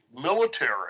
military